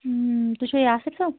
تُہۍ چھُوا یاصر صٲب